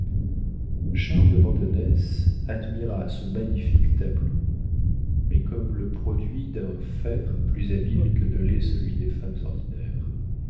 charles de vandenesse admira ce magnifique tableau mais comme le produit d'un faire plus habile que ne l'est celui des femmes ordinaires